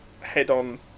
head-on